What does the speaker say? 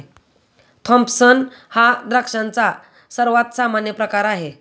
Thompson हा द्राक्षांचा सर्वात सामान्य प्रकार आहे